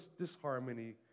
disharmony